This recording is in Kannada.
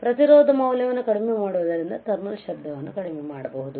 ಪ್ರತಿರೋಧ ಮೌಲ್ಯವನ್ನು ಕಡಿಮೆ ಮಾಡುವುದರಿಂದ ಥರ್ಮಲ್ ಶಬ್ದ ಕಡಿಮೆಯಾಗುತ್ತದೆ